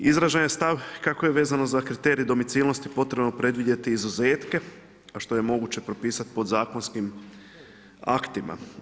Izražen je stav kako je vezano za kriterij domicilnosti potrebno predvidjeti izuzetke, a što je moguće propisati podzakonskim aktima.